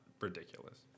ridiculous